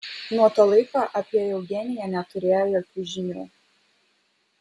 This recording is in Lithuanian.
nuo to laiko apie eugeniją neturėjo jokių žinių